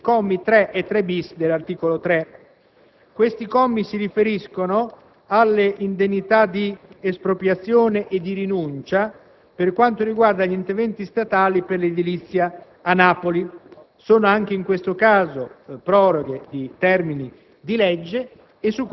abbiamo discusso in modo approfondito dei commi 3 e 3-*bis* dell'articolo 3, che si riferiscono alle indennità di espropriazione e di rinuncia per quanto riguarda gli interventi statali per l'edilizia a Napoli.